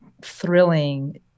thrilling